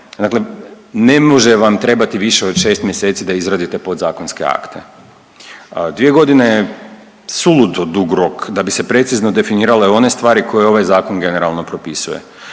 dakle ne može vam trebati više od 6 mjeseci da izradite podzakonske akte. 2 godine je suludo dug rok da bi se precizno definirale one stvari koje ovaj zakon generalno propisuje.